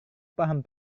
paham